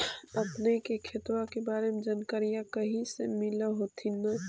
अपने के खेतबा के बारे मे जनकरीया कही से मिल होथिं न?